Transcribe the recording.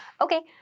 Okay